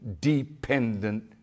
dependent